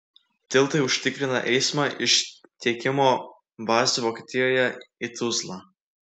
tiltai užtikrina eismą iš tiekimo bazių vokietijoje į tuzlą